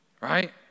right